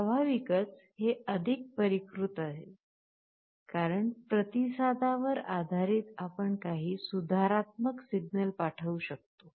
स्वाभाविकच हे अधिक परिष्कृत आहे कारण प्रतिसादावर आधारित आपण काही सुधारात्मक सिग्नल पाठवू शकतो